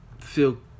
feel